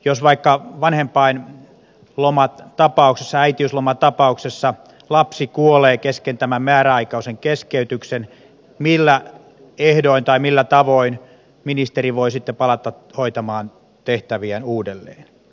jos vaikka vanhempainlomatapauksessa äitiyslomatapauksessa lapsi kuolee kesken tämän määräaikaisen keskeytyksen millä ehdoin tai millä tavoin ministeri voi sitten palata hoitamaan tehtäviään uudelleen